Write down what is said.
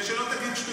כדי שלא תגיד שטויות.